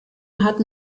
hatten